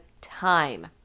time